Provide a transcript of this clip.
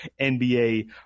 NBA